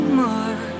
more